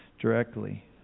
directly